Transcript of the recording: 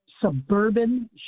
suburban